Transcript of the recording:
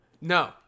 No